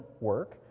work